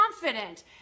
confident